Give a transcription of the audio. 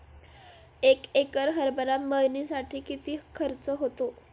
एक एकर हरभरा मळणीसाठी किती खर्च होतो?